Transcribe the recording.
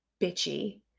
bitchy